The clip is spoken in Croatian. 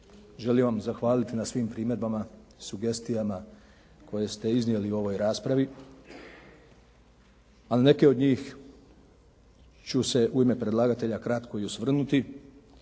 želim vam zahvaliti na svim primjedbama, sugestijama koje ste iznijeli u ovoj raspravi a na neke od njih ću se u ime predlagatelja kratko i osvrnuti.